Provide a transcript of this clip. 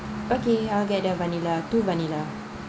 okay I'll get a vanilla two vanilla